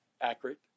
accurate